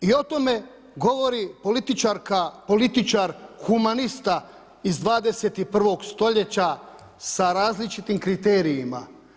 I o tome govori političarka, političar, humanista iz 21. stoljeća sa različitim kriterijima.